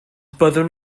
byddwn